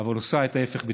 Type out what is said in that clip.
אבל עושה את ההפך בדיוק.